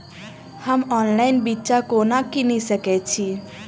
हम ऑनलाइन बिच्चा कोना किनि सके छी?